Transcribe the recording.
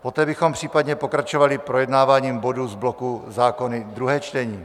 Poté bychom případně pokračovali projednáváním bodů z bloku zákony druhé čtení.